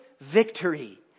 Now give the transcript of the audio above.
victory